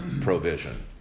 provision